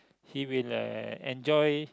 he will uh enjoy